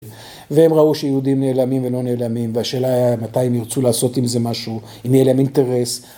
והם ראו שיהודים נעלמים ולא נעלמים, והשאלה הייתה מתי הם ירצו לעשות עם זה משהו, אם יהיה להם אינטרס